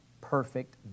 perfect